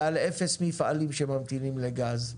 על אפס מפעלים שממתינים לגז,